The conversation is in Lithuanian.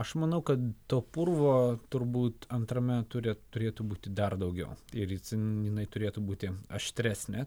aš manau kad to purvo turbūt antrame ture turėtų būti dar daugiau ir ten jinai turėtų būti aštresnė